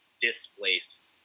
displace